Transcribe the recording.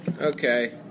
Okay